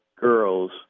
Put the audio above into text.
girls